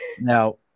now